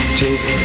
take